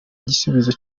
gisubizo